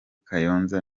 kayonza